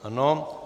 Ano.